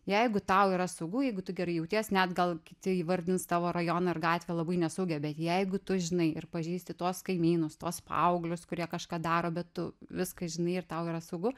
jeigu tau yra saugu jeigu tu gerai jauties net gal kiti įvardins tavo rajoną ar gatvę labai nesaugią bet jeigu tu žinai ir pažįsti tuos kaimynus tuos paauglius kurie kažką daro bet tu viską žinai ir tau yra saugu